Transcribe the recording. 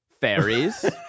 fairies